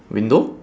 window